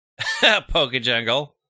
Pokejungle